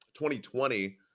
2020